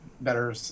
better